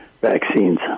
vaccines